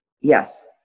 Yes